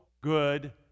good